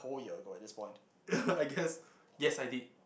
I guess yes I did